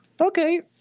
okay